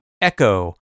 Echo